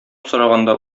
сораганда